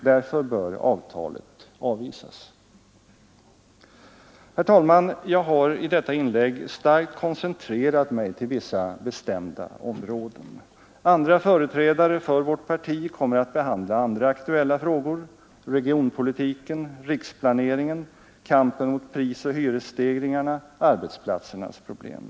Därför bör avtalet avvisas. Herr talman! Jag har i detta inlägg starkt koncentrerat mig till vissa bestämda områden. Andra företrädare för vårt parti kommer att behandla andra aktuella frågor — regionpolitiken, riksplaneringen, kampen mot prisoch hyresstegringarna, arbetsplatsernas problem.